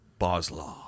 Boslaw